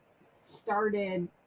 started